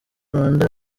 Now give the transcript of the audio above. rwanda